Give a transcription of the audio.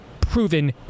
proven